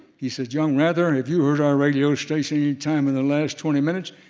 he said, young rather have you heard our radio station any time in the last twenty minutes?